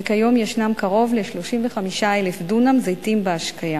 וכיום ישנם קרוב ל-35,000 דונם זיתים בהשקיה.